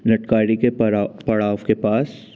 नटकारी के पड़ाव के पास